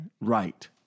Right